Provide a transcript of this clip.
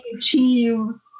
team